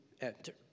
enter